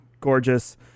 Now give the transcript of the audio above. gorgeous